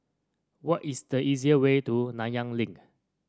what is the easiest way to Nanyang Link